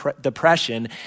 depression